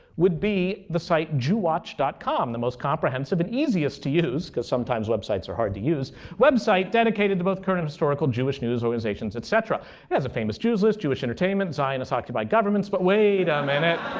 would be the site jewwatch com. the most comprehensive and easiest to use because sometimes websites are hard to use website dedicated to both current historical jewish news, organizations, et cetera. it has a famous jews list, jewish entertainment, zionist occupied governments but wait a minute.